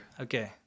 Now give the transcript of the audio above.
Okay